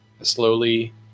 Slowly